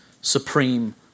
supreme